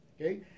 Okay